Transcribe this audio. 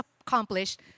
accomplished